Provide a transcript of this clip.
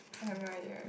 I have no idea